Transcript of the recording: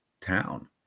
town